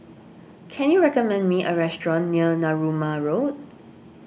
can you recommend me a restaurant near Narooma Road